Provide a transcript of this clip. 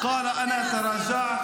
הוא אמר, אני הלכתי